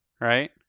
right